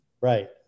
Right